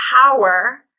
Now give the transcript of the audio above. power